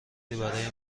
برای